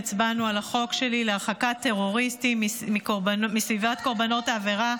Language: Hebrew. הצבענו על החוק שלי להרחקת טרוריסטים מסביבת קורבנות העבירה.